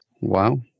wow